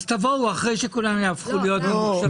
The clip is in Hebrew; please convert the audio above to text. אז תבואו אחרי שכולם יהיו ממוחשבים.